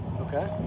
Okay